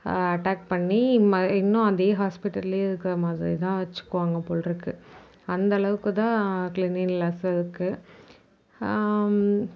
attack பண்ணி இன்னும் அதே ஹாஸ்ப்பிட்டலில் இருக்கிற மாதிரிதான் வைச்சுக்குவாங்க போலிருக்கு அந்தளவுக்குதான் க்ளென்ளினஸ்ஸு இருக்குது